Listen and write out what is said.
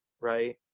right